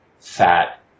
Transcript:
fat